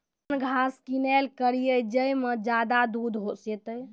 कौन घास किनैल करिए ज मे ज्यादा दूध सेते?